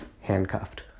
handcuffed